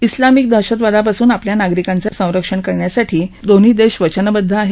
Islamic दहशतवादापासूनआपल्या नागरिकांचं संरक्षण करण्यासाठी दोन्ही देश वचनबदध आहेत